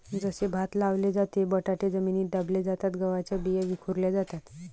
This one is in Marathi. जसे भात लावले जाते, बटाटे जमिनीत दाबले जातात, गव्हाच्या बिया विखुरल्या जातात